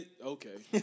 Okay